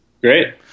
Great